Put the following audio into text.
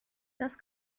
das